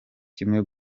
kimwe